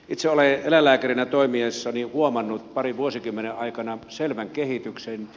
itse olen eläinlääkärinä toimiessani huomannut parin vuosikymmenen aikana selvän kehityksen